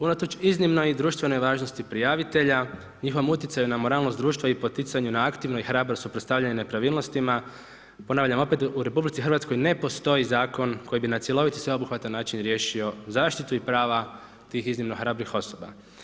Unatoč iznimnoj društvenoj važnosti prijavitelja, njihovom utjecaju na moralnost društva i poticanju na aktivnom i hrabrom suprotstavljanju nepravilnostima, ponavljam opet, u RH ne postoji zakon koji bi na cjelovit i sveobuhvatan način riješio zaštitu i prava tih iznimno hrabrih osoba.